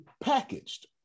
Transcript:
packaged